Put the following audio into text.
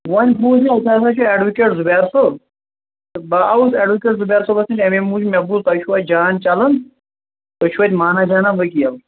وۄنۍ بوٗز مےٚ اوٚتام اتہِ چھُ اٮ۪ڈوکیٹ زُبیر صٲب تہِ بہٕ آوُس اٮ۪ڈوکیٹ زُبیرصٲبس نش امے موٗجوٗب مےٚ بوٗز تۄہہِ چھُو اتہِ جان چلان تُہۍ چھُو اتہ مانا جانا ؤکیٖل